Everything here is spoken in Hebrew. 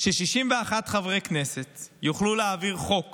ש-61 חברי כנסת יוכלו להעביר חוק